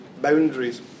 boundaries